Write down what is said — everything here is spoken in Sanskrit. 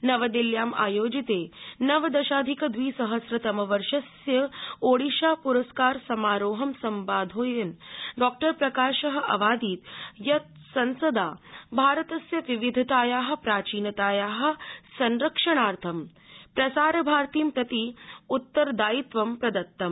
नवदिल्ल्यां आयोजिते नवदशाधिकद्विसहस्रतमवर्षस्य आयोजिते ओडिशा प्रस्कार समारोहं संबोधयन् डॉ॰ प्रकाश आवादीत् यत् संसदा भारतस्य विविधताया प्रचीनताया संरक्षणार्थं प्रसारभारतीं प्रति उत्तरदायित्वं प्रदत्तम्